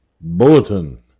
Bulletin